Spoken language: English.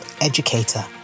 educator